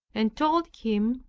and told him,